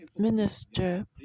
minister